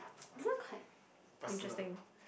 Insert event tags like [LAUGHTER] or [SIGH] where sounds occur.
[NOISE] this one quite interesting